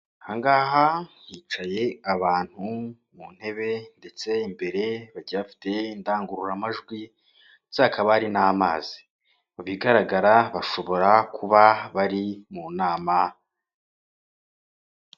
Ahangaha hicaye abantu mu ntebe ndetse imbere bagiye bafite indangururamajwi ndetse hakaba hari n'amazi mubigaragara bashobora kuba bari mu nama.